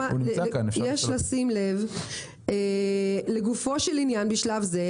"יש לשים לב לגופו של עניין בשלב זה,